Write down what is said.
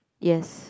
yes